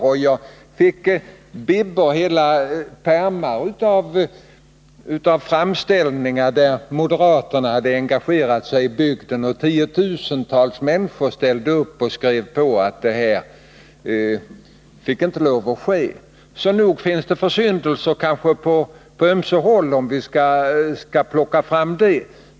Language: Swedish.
Jag fick ”bibbor” och pärmar fulla med framställningar, av vilka framgick att moderaterna i bygden verkligen hade engagerat sig i den frågan. Tiotusentals människor skrev under listor, där man uttryckte att något sådant inte fick ske. Så nog finns det försyndelser på ömse håll, om vi nu skall plocka fram sådana.